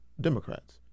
Democrats